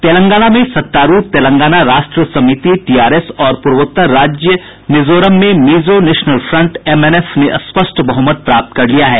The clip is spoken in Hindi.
तेलंगाना में सत्तारूढ़ तेलंगाना राष्ट्र समिति टीआरएस और पूर्वोत्तर राज्य मिजोरम में मिजो नेशनल फ्रंट एमएनएफ ने स्पष्ट बहमत प्राप्त कर लिया है